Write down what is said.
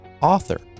author